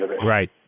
right